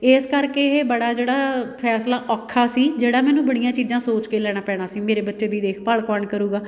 ਇਸ ਕਰਕੇ ਇਹ ਬੜਾ ਜਿਹੜਾ ਫੈਸਲਾ ਔਖਾ ਸੀ ਜਿਹੜਾ ਮੈਨੂੰ ਬੜੀਆਂ ਚੀਜ਼ਾਂ ਸੋਚ ਕੇ ਲੈਣਾ ਪੈਣਾ ਸੀ ਮੇਰੇ ਬੱਚੇ ਦੀ ਦੇਖ ਭਾਲ ਕੌਣ ਕਰੇਗਾ